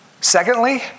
Secondly